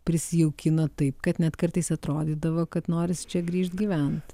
prisijaukinot taip kad net kartais atrodydavo kad norisi čia grįžt gyvent